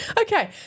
Okay